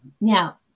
Now